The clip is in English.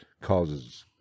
causes